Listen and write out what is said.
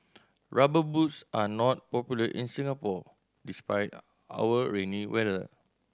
Rubber Boots are not popular in Singapore despite our rainy weather